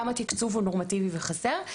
גם התקצוב הוא נורמטיבי וחסר.